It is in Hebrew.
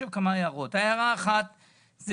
יש